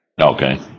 Okay